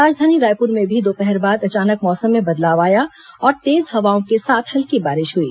राजधानी रायपुर में भी दोपहर बाद अचानक मौसम में बदलाव आया और तेज हवाओं के साथ हल्की बारिश हई